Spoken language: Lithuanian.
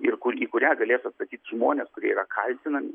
ir kurį į kurią galėtų atsakyti žmonės kurie yra kaltinami